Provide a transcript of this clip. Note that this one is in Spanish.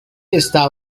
está